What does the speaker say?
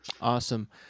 Awesome